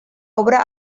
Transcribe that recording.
obra